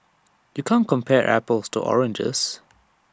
you can't compare apples to oranges